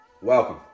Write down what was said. welcome